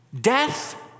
death